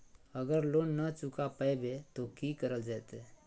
अगर लोन न चुका पैबे तो की करल जयते?